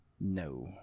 No